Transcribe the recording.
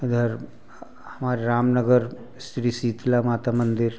इधर हमारे रामनगर श्री शीतला माता मंदिर